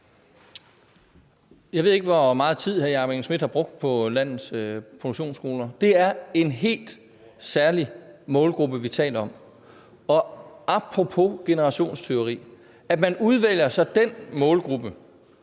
Jeg ved ikke, hvor meget tid hr. Jakob Engel-Schmidt har brugt på landets produktionsskoler. Det er en helt særlig målgruppe, vi taler om, og – apropos generationstyveri – så udvælger man sig den målgruppe,